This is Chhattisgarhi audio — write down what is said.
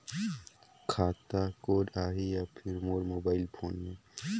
खाता कोड आही या फिर मोर मोबाइल फोन मे?